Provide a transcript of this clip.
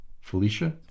Felicia